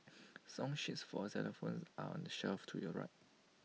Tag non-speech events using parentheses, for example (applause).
(noise) song sheets for xylophones are on the shelf to your right